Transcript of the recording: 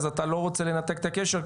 אז אתה לא רוצה לנתק את הקשר,